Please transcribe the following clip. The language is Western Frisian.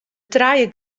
trije